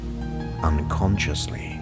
unconsciously